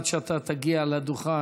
עד שאתה תגיע לדוכן,